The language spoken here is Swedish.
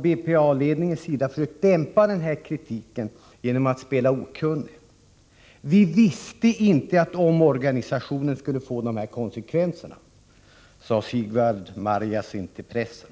BPA-ledningens sida försökt dämpa kritiken genom att spela okunnig. Vi visste inte att omorganisationen skulle få de här konsekvenserna, sade Sigvard Marjasin till pressen.